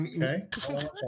Okay